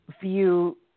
view